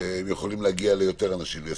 יוכלו להגיע ליותר אנשים,